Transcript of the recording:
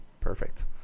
Perfect